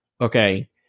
Okay